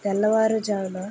తెల్లవారుజామున